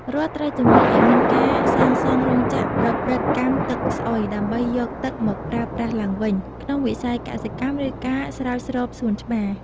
រដ្ឋត្រូវជំរុញឱ្យមានការសាងសង់រោងចក្រប្រព្រឹត្តកម្មទឹកស្អុយដើម្បីយកទឹកមកប្រើប្រាស់ឡើងវិញក្នុងវិស័យកសិកម្ម ឬការស្រោចស្រពសួនច្បារ។